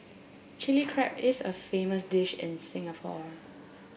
Chilli Crab is a famous dish in Singapore